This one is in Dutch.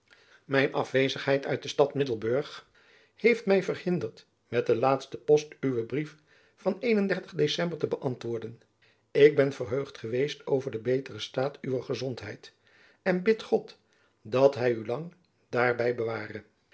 mijn afwezigheid uit de stad middelburg heeft my verhinderd met de laatste post uwen brief van ecember te beantwoorden ik ben verheugd geweest over den beteren staat uwer gezondheid en bid god dat hy u lang daarby beware